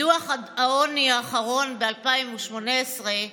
מדוח העוני האחרון ב-2018,